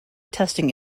testing